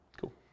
Cool